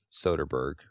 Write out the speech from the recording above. Soderbergh